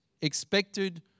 expected